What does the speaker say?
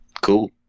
cool